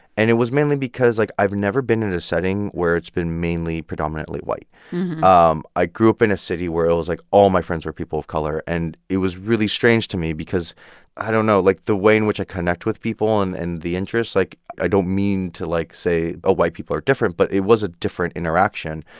and it was mainly because, like, i've never been in a setting where it's been mainly predominantly white um i grew up in a city where it was, like, all my friends were people of color. and it was really strange to me because i don't know like, the way in which i connect with people and and the interests like, i don't mean to, like, say, oh, ah white people are different, but it was a different interaction.